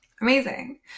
Amazing